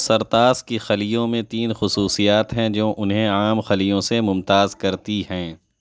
سرطاس کے خلیوں میں تین خصوصیات ہیں جو انہیں عام خلیوں سے ممتاز کرتی ہیں